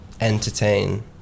entertain